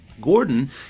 Gordon